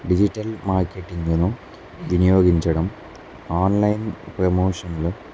digital మార్కెటింగ్ను వినియోగించడం online ప్రమోషన్లు